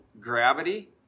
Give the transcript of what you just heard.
Gravity